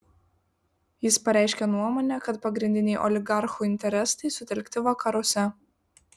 jis pareiškė nuomonę kad pagrindiniai oligarchų interesai sutelkti vakaruose